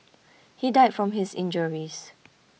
he died from his injuries